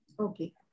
Okay